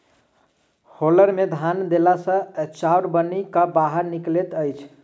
hauler मे धान देला सॅ चाउर बनि क बाहर निकलैत अछि